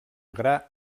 gra